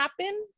happen